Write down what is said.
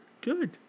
Good